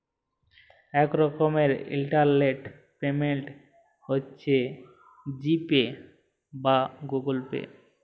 ইক রকমের internet payment হছে জি পে বা গুগল পে